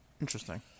Interesting